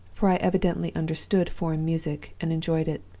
for i evidently understood foreign music, and enjoyed it.